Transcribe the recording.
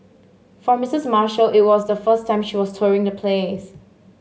for Missus Marshall it was the first time she was touring the place